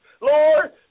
Lord